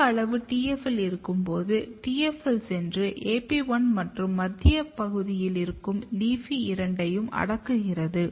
அதிக அளவு TFL இருக்கும்போது TFL சென்று AP1 மற்றும் மத்திய பகுதியில் இருக்கும் LEAFY இரண்டையும் அடக்குகிறது